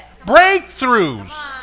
breakthroughs